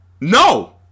No